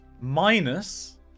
minus